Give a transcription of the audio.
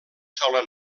sola